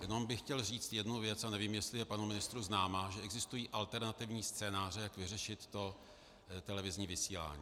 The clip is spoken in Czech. Jenom bych chtěl říct jednu věc a nevím, jestli je panu ministru známá, že existují alternativní scénáře, jak vyřešit televizní vysílání.